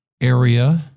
area